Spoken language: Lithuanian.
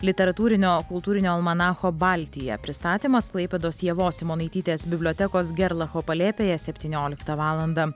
literatūrinio kultūrinio almanacho baltija pristatymas klaipėdos ievos simonaitytės bibliotekos gerlacho palėpėje septynioliktą valandą